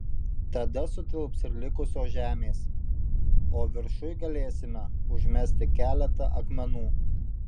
tada sutilps ir likusios žemės o viršuj galėsime užmesti keletą akmenų